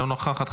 אינה נוכחת,